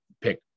pick